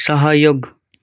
सहयोग